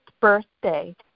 birthday